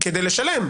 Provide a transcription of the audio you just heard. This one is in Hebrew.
כדי לשלם.